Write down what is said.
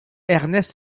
ernest